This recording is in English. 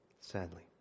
sadly